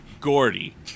Gordy